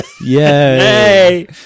yay